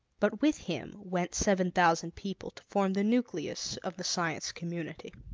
but with him went seven thousand people, to form the nucleus of the science community.